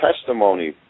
testimony